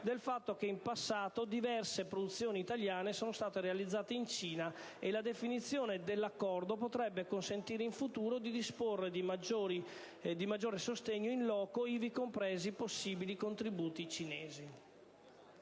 del fatto che in passato diverse produzioni italiane sono state realizzate in Cina e la definizione dell'Accordo potrebbe consentire in futuro di disporre di maggiore sostegno *in loco*, ivi compresi possibili contributi cinesi.